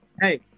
hey